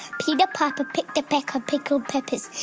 peter piper picked a peck of pickled peppers.